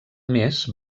més